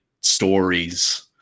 stories